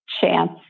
chance